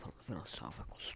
philosophical